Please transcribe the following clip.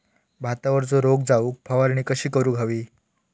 भातावरचो रोग जाऊक फवारणी कशी करूक हवी?